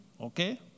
Okay